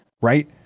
right